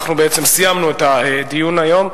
אנחנו בעצם סיימנו את הדיון היום.